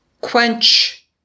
quench